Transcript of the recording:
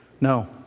No